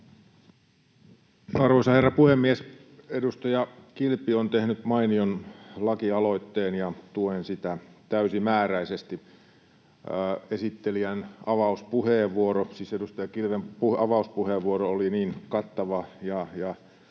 Arvoisa herra puhemies! Edustaja Kilpi on tehnyt mainion lakialoitteen, ja tuen sitä täysimääräisesti. Esittelijän avauspuheenvuoro, siis edustaja